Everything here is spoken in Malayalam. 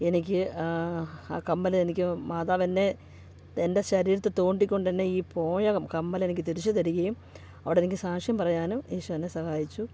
എനിക്ക് ആ കമ്മലെനിക്ക് മാതാവ് തന്നെ എൻ്റെ ശരീരത്തിൽ തോണ്ടിക്കൊണ്ട് തന്നെ ഈ പോയ കമ്മലെനിക്ക് തിരിച്ച് തരുകയും അവിടെനിക്ക് സാക്ഷ്യം പറയാനും ഈശോ എന്നെ സഹായിച്ചു